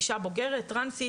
אישה בוגרת טרנסית,